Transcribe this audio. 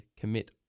commit